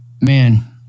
man